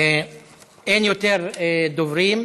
אין יותר דוברים,